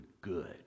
good